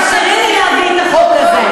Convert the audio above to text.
תאפשרי לי להביא את החוק הזה.